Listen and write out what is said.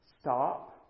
Stop